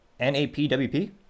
NAPWP